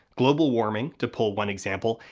global warming, to pull one example,